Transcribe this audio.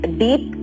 deep